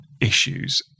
issues